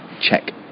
check